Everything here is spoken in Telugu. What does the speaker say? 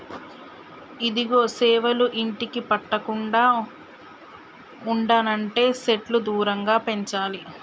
ఇదిగో సేవలు ఇంటికి పట్టకుండా ఉండనంటే సెట్లు దూరంగా పెంచాలి